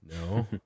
No